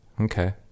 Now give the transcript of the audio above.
Okay